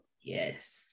Yes